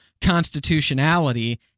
constitutionality